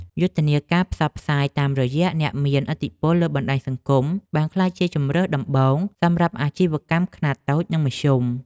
យុទ្ធនាការផ្សព្វផ្សាយតាមរយៈអ្នកមានឥទ្ធិពលលើបណ្តាញសង្គមបានក្លាយជាជម្រើសដំបូងសម្រាប់អាជីវកម្មខ្នាតតូចនិងមធ្យម។